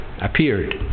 appeared